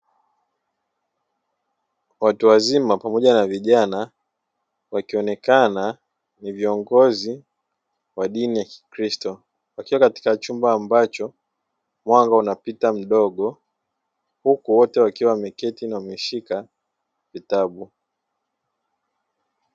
Watu wazima, pamoja na vijana, wakionekana ni viongozi wa dini ya Kikristo. Wakiwa katika chumba ambacho mwanga unapita mdogo huku wote wakiwa wameketi na wameshika vitabu.